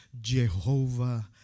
Jehovah